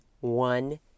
one